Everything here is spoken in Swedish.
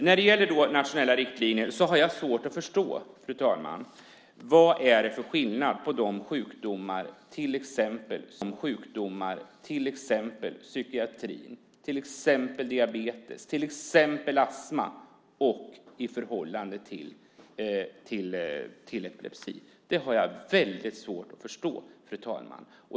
När det gäller nationella riktlinjer har jag svårt att förstå vad det är för skillnad på till exempel sjukdomar inom psykiatrin, diabetes och astma i förhållande till epilepsi. Det har jag väldigt svårt att förstå.